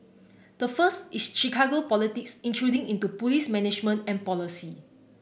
the first is Chicago politics intruding into police management and policy